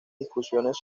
discusiones